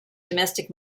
domestic